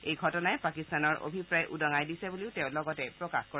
এই ঘটনাই পাকিস্তানৰ অভিপ্ৰায় উদঙাই দিছে বুলিও তেওঁ প্ৰকাশ কৰে